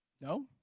No